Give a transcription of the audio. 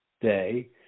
day